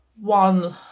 one